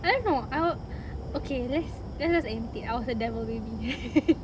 I don't know I wa~ okay let's let's just end it I was a devil baby